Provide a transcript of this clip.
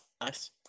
nice